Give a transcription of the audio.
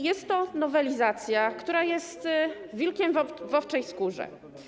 Jest to nowelizacja, która jest wilkiem w owczej skórze.